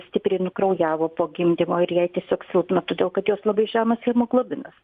stipriai nukraujavo po gimdymo ir jai tiesiog silpna todėl kad jos labai žemas hemoglobinas